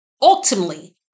ultimately